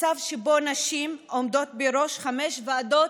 מצב שבו נשים עומדות בראש חמש ועדות,